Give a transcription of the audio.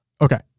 Okay